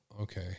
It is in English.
okay